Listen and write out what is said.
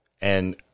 And-